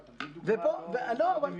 אתה מביא דוגמה לא דמיונית.